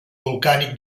volcànic